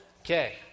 Okay